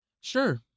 Sure